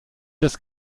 das